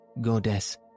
Goddess